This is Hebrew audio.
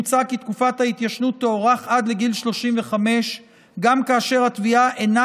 מוצע כי תקופת ההתיישנות תוארך עד לגיל 35 גם כאשר התביעה אינה